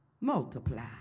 multiply